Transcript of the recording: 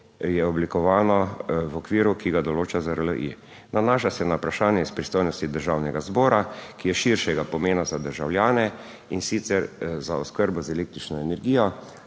je oblikovano v okviru, ki ga določa ZRLI, nanaša se na vprašanje iz pristojnosti Državnega zbora, ki je širšega pomena za državljane, in sicer za oskrbo z električno energijo